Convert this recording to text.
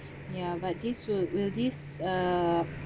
ya but this will will this uh